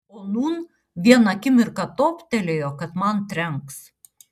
o nūn vieną akimirką toptelėjo kad man trenks